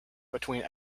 between